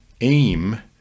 aim